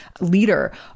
leader